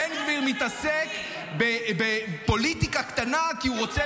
בן גביר מתעסק בפוליטיקה קטנה כי הוא רוצה